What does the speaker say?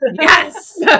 Yes